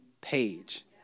page